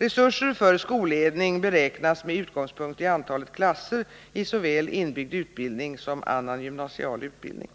Resurser för skolledning beräknas med utgångspunkt i antalet klasser i såväl inbyggd utbildning som annan gymnasial utbildning.